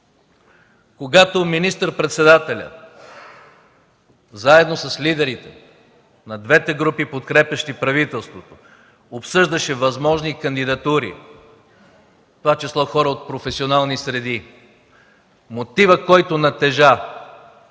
Когато министър-председателят заедно с лидерите на двете групи, подкрепящи правителството, обсъждаше възможни кандидатури, в това число хора от професионални среди, мотивът, който натежа